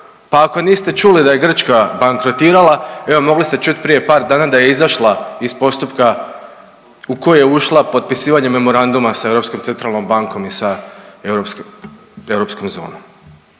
pa ako niste čuli da je Grčka bankrotirala evo mogli ste čuti prije par dana da je izašla iz postupka u koji je ušla potpisivanjem memoranduma sa Europskom centralnom bankom i sa europskom,